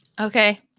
Okay